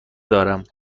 دارم